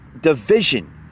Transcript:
division